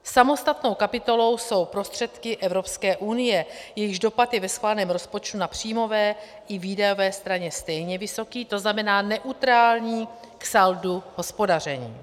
Samostatnou kapitolou jsou prostředky Evropské unie, jejichž dopad je ve schváleném rozpočtu na příjmové i výdajové straně stejně vysoký, to znamená neutrální k saldu hospodaření.